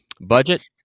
Budget